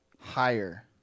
higher